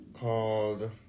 called